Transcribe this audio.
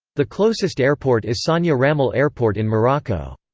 the closest airport is sania ramel airport in morocco.